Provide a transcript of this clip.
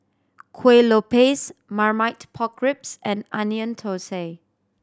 Kuih Lopes Marmite Pork Ribs and Onion Thosai